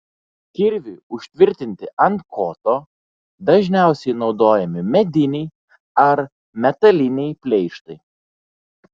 kirviui užtvirtinti ant koto dažniausiai naudojami mediniai ar metaliniai pleištai